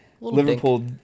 Liverpool